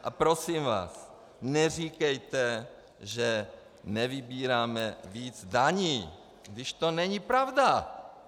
A prosím vás, neříkejte, že nevybíráme víc daní, když to není pravda.